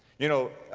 you know,